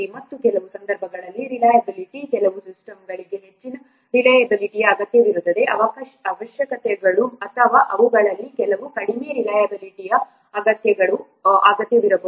ಮತ್ತು ಕೆಲವು ಸಂದರ್ಭಗಳಲ್ಲಿ ರಿಲೈಯಬಿಲಿಟಿ ಕೆಲವು ಸಿಸ್ಟಮ್ಗಳಿಗೆ ಹೆಚ್ಚಿನ ರಿಲೈಯಬಿಲಿಟಿಯ ಅಗತ್ಯವಿರುತ್ತದೆ ಅವಶ್ಯಕತೆಗಳು ಅಥವಾ ಅವುಗಳಲ್ಲಿ ಕೆಲವು ಕಡಿಮೆ ರಿಲೈಯಬಿಲಿಟಿಯ ಅಗತ್ಯತೆಗಳ ಅಗತ್ಯವಿರಬಹುದು